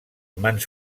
mans